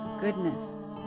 goodness